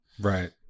Right